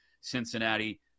Cincinnati